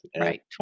Right